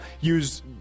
use